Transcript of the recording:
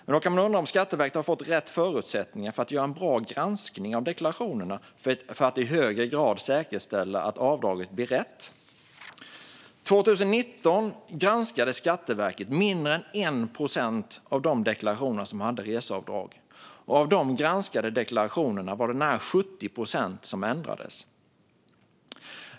Man kan undra om Skatteverket har fått rätt förutsättningar för att göra en bra granskning av deklarationerna för att i högre grad säkerställa att avdraget blir rätt. År 2019 granskade Skatteverket mindre än 1 procent av de deklarationer som hade reseavdrag. Av de granskade deklarationerna var det nära 70 procent som ändrades.